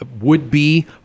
would-be